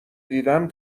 دیدم